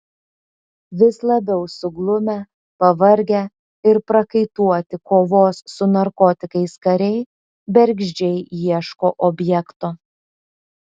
vis labiau suglumę pavargę ir prakaituoti kovos su narkotikais kariai bergždžiai ieško objekto